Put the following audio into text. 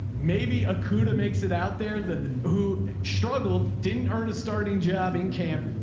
maybe a kuda makes it out there that who struggled. didn't earn a starting job in camp.